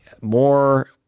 more